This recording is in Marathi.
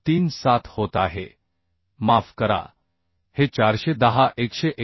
37 होत आहे माफ करा हे 410 189